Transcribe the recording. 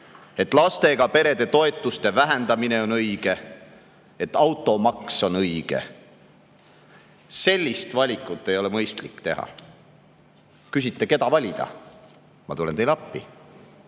et lastega perede toetuste vähendamine on õige, et automaks on õige. Sellist valikut ei ole mõistlik teha. Küsite, keda valida? Ma tulen teile appi.